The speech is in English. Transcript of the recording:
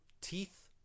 Teeth